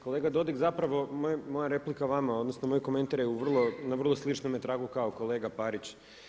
Kolega Dodig zapravo moja replika vama, onda moj komentar je na vrlo sličnome tragu kao kolega Parić.